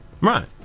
Right